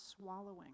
swallowing